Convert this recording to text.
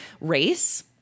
Race